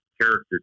character